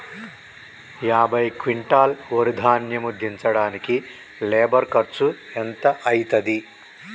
యాభై క్వింటాల్ వరి ధాన్యము దించడానికి లేబర్ ఖర్చు ఎంత అయితది?